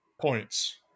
points